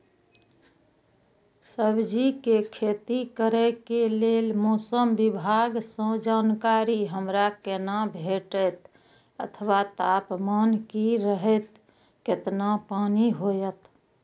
सब्जीके खेती करे के लेल मौसम विभाग सँ जानकारी हमरा केना भेटैत अथवा तापमान की रहैत केतना पानी होयत?